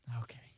Okay